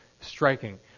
striking